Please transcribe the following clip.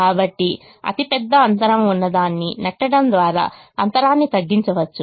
కాబట్టి అతిపెద్ద అంతరం ఉన్నదాన్ని నెట్టడం ద్వారా అంతరాన్ని తగ్గించవచ్చు